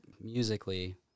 musically